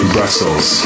Brussels